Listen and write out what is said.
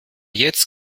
jetzt